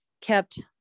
kept